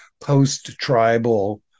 post-tribal